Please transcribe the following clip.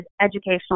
educational